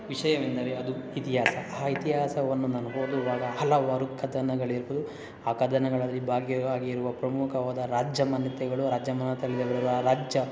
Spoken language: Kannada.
ವಿಷಯವೆಂದರೆ ಅದು ಇತಿಹಾಸ ಆ ಇತಿಹಾಸವನ್ನು ನಾನು ಓದುವಾಗ ಹಲವಾರು ಕದನಗಳಿರ್ಬೋದು ಆ ಕದನಗಳಲ್ಲಿ ಭಾಗಿವಾಗಿರುವ ಪ್ರಮುಖವಾದ ರಾಜ್ಯ ಮನೆತೆಗಳು ರಾಜ್ಯ ಮನತನ ರಾಜ್ಯ